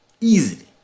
Easily